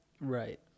Right